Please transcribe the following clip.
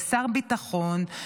לשר ביטחון,